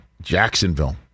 Jacksonville